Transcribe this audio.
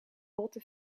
rotte